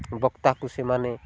ବକ୍ତାକୁ ସେମାନେ